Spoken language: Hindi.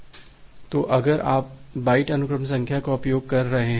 तो अगर आप बाइट अनुक्रम संख्या का उपयोग कर रहे हैं